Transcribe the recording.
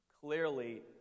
clearly